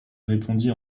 répondit